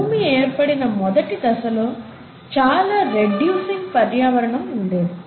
భూమి ఏర్పడిన మొదటి దశలో చాలా రెడ్యూసింగ్ పర్యావరణం ఉండేది